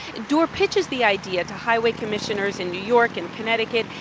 dorr pitched the idea to highway commissioners in new york and connecticut,